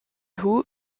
who